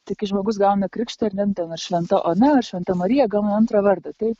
tai kai žmogus gauna krikštą ar ne nu ten ar šventa ona ar šventa marija gauna antrą vardą tai